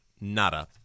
Nada